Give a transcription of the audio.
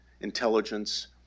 intelligence